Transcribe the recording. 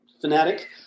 fanatic